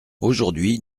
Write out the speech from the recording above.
aujourd’hui